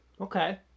Okay